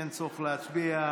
אין צורך להצביע.